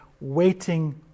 waiting